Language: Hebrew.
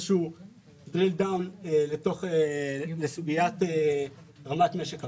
ניכנס לסוגיית רמת משק הבית.